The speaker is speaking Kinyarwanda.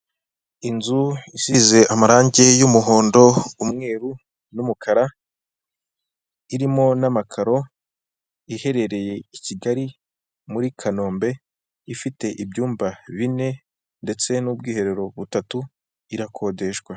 Inzu isize amarangi y'umuhondo, umweru n'umukara; irimo n'amakaro iherereye i kigali muri kanombe ifite ibyumba bine ndetse n'ubwiherero butatu irakodeshwa.